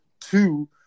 Two